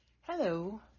Hello